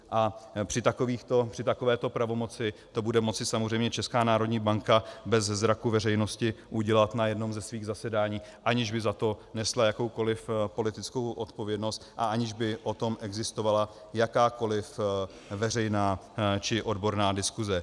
A při takovéto pravomoci to bude moci samozřejmě Česká národní banka bez zraku veřejnosti udělat na jednom ze svých zasedání, aniž by za to nesla jakoukoliv politickou odpovědnost a aniž by o tom existovala jakákoliv veřejná či odborná diskuse.